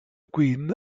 queen